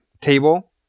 table